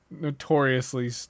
notoriously